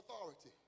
authority